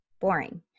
boring